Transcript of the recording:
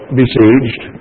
besieged